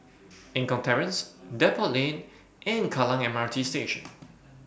Eng Kong Terrace Depot Lane and Kallang M R T Station